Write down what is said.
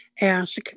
ask